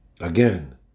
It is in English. Again